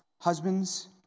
husbands